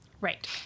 Right